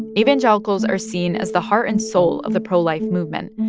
evangelicals are seen as the heart and soul of the pro-life movement,